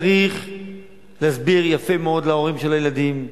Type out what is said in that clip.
צריך להסביר יפה להורים של הילדים: